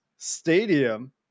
Stadium